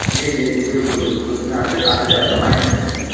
जी जी जी बिल्कुल बिल्कुल उसमे आपके सात हज़ार में माइनस हो जाएगी